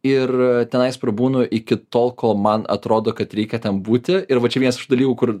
ir tenais prabūnu iki tol kol man atrodo kad reikia ten būti ir vat čia vienas iš tų dalykų kur